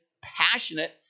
passionate